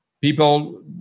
people